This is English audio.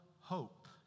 hope